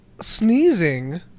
sneezing